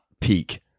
peak